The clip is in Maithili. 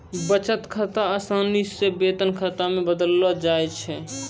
बचत खाता क असानी से वेतन खाता मे बदललो जाबैल सकै छै